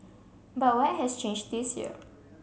but what has changed this year